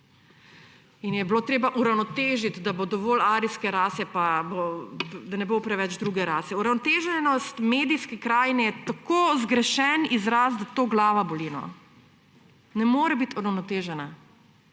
in je bilo treba uravnotežiti, da bo dovolj arijske rase pa da ne bo preveč druge rase. Uravnoteženost v medijski krajini je tako zgrešen izraz, da glava boli, no. Ne more biti uravnotežena.